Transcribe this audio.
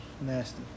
nasty